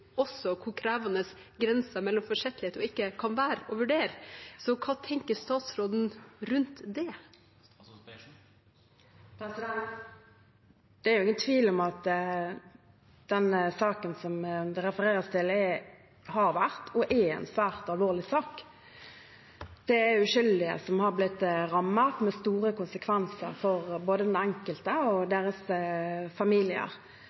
også hvor krevende grensen mellom forsettlighet og ikke kan være å vurdere. Hva tenker statsråden rundt det? Det er ingen tvil om at den saken det refereres til, har vært og er en svært alvorlig sak. Det er uskyldige som har blitt rammet, med store konsekvenser for både den enkelte og deres familier.